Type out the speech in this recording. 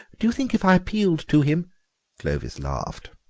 do you think if i appealed to him clovis laughed.